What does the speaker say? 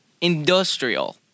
industrial